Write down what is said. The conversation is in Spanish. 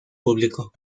público